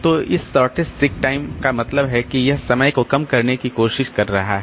तो इस shortest seek time का मतलब है कि यह समय को कम करने की कोशिश कर रहा है